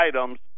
items